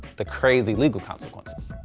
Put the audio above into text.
the crazy legal consequences.